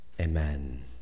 amen